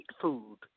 food